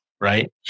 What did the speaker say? right